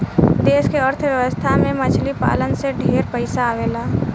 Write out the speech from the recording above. देश के अर्थ व्यवस्था में मछली पालन से ढेरे पइसा आवेला